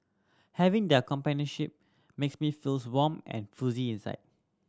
having their companionship makes me feels warm and fuzzy inside